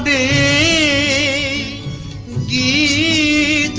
ah e e